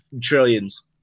trillions